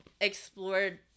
explored